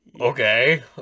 okay